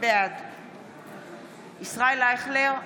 בעד ישראל אייכלר,